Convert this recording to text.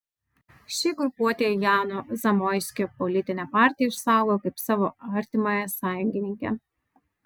ši grupuotė jano zamoiskio politinę partiją išsaugojo kaip savo artimą sąjungininkę